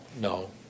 No